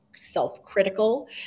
self-critical